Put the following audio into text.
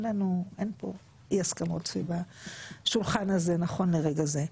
אין פה אי-הסכמות סביב השולחן הזה נכון לרגע זה.